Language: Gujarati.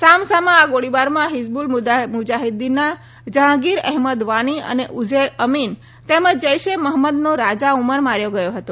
સામસામા આ ગોળીબારમાં હિઝબુલ મુજાહિદ્દીનના જહાંગીર અહેમદ વાની અને ઉઝૈર અમીન તેમજ જૈશ એ મોફમ્મદનો રાજા ઉમર માર્યો ગયો હતો